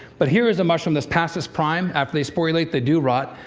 but here is a mushroom that's past its prime. after they sporulate, they do rot.